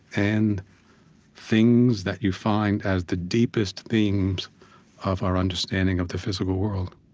and things that you find as the deepest themes of our understanding of the physical world